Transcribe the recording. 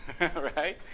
right